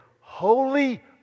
holy